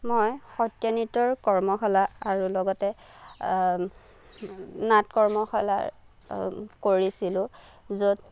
মই সত্ৰীয়া নৃত্যৰ কৰ্মশালা আৰু লগতে নাট কৰ্মশালাৰ কৰিছিলোঁ য'ত